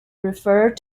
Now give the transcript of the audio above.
refer